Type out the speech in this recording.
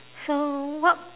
so what